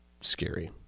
scary